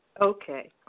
Okay